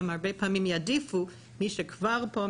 הם הרבה פעמים יעדיפו מישהו שכבר פה,